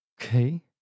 okay